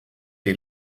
die